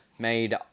made